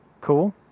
Cool